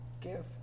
Give